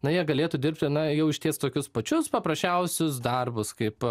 na jie galėtų dirbti na jau išties tokius pačius paprasčiausius darbus kaip